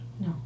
No